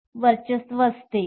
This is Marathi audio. So let us now move to question 2